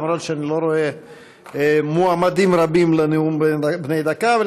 למרות שאני לא רואה מועמדים רבים לנאומים בני דקה.